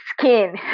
skin